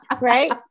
Right